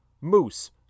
moose